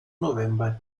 november